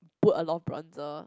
put a lot of bronzer